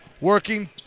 working